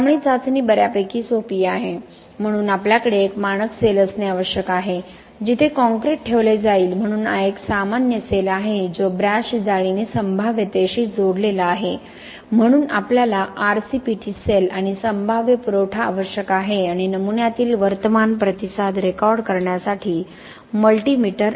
त्यामुळे चाचणी बर्यापैकी सोपी आहे म्हणून आपल्याकडे एक मानक सेल असणे आवश्यक आहे जिथे कॉंक्रिट ठेवले जाईल म्हणून हा एक सामान्य सेल आहे जो ब्रॅश जाळीने संभाव्यतेशी जोडलेला आहे म्हणून आपल्याला आरसीपीटी सेल आणि संभाव्य पुरवठा आवश्यक आहे आणि नमुन्यातील वर्तमान प्रतिसाद रेकॉर्ड करण्यासाठी मल्टी मीटर